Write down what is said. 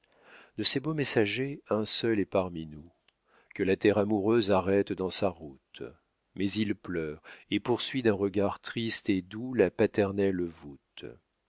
de ces beaux messagers un seul est parmi nous que la terre amoureuse arrête dans sa route mais il pleure et poursuit d'un regard triste et doux la paternelle voûte